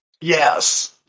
Yes